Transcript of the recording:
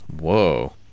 Whoa